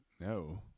no